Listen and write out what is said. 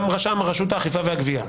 גם ברשות האכיפה והגבייה.